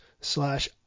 slash